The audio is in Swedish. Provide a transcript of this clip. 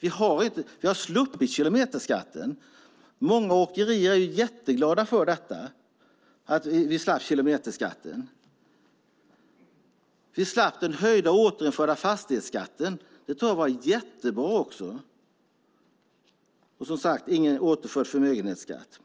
Vi har sluppit kilometerskatten. Många åkerier är jätteglada för att vi slapp den. Vi slapp den höjda och återinförda fastighetsskatten. Det tror jag var jättebra. Och som sagt blev det ingen återinförd förmögenhetsskatt.